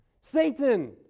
Satan